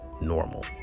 normal